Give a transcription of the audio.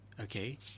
Okay